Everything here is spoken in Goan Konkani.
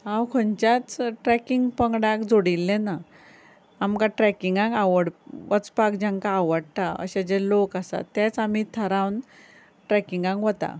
हांव खंयच्याच ट्रेकींग पंगडाक जोडिल्ले ना आमकां ट्रेकींगाक आवड वचपाक जांकां आवडटा अशे जे लोक आसात तेच आमी थारावन ट्रेकींगाक वता